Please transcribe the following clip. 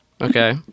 Okay